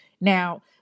Now